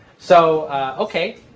so ok.